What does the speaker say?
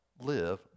live